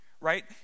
right